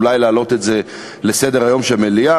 אולי להעלות את זה לסדר-היום של המליאה.